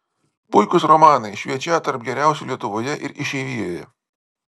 puikūs romanai šviečią tarp geriausių lietuvoje ir išeivijoje